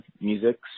music